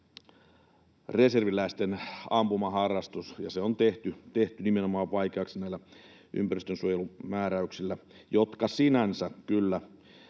reserviläisten ampumaharrastus aika vaikeata on ollut, ja se on tehty nimenomaan vaikeaksi näillä ympäristönsuojelumääräyksillä, jotka sinänsä kyllä